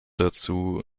dazu